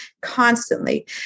constantly